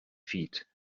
feet